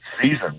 season